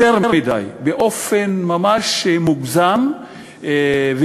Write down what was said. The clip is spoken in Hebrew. יותר מדי, באופן ממש מוגזם, אובססיבי.